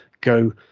go